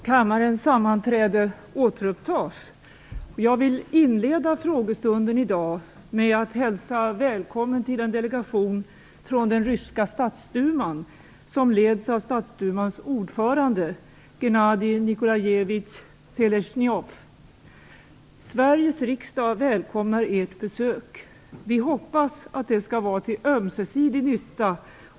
Fru talman! Jag vill ställa en fråga till socialministern. Vår enade front mot narkotikamissbruk har stor betydelse. I dag visar sig sprickor i denna front. Dagens ungdomar matas med dubbla budskap om droger. Polisens uppgift är bl.a. att stödja föräldrar i deras fostrarroll.